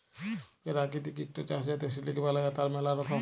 পেরাকিতিক ইকট চাস যাতে সিলিক বালাই, তার ম্যালা রকম